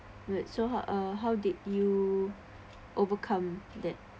wait so how uh how did you overcome that